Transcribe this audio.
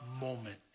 moment